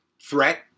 threat